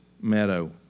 meadow